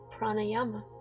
Pranayama